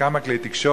מכמה כלי תקשורת,